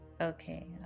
Okay